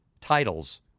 titles